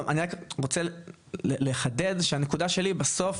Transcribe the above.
אני רק רוצה לחדד שהנקודה שלי בסוף,